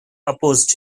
opposed